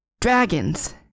Dragons